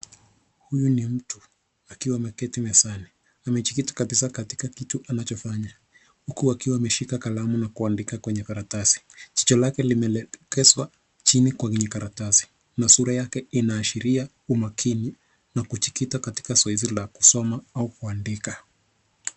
Huyu ni mtu akiwa ameketi mezani, amejikita kabisa katika kitu anachofanya huku akiwa ameshika kalamu na kuandika kwenye karatasi, jicho lake limelegezwa chini kwenye karatasi na sura yake inaashiria umakini na kujikita katika zoezi la kusoma au kuandika.